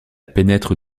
pénètre